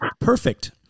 Perfect